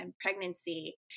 pregnancy